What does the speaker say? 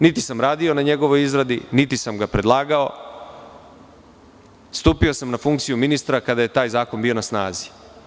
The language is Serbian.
Niti sam radio na njegovoj izradi, niti sam ga predlagao, na funkciju ministra sam stupio kada je taj zakon bio na snazi.